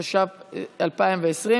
התש"ף 2020,